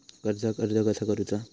कर्जाक अर्ज कसा करुचा?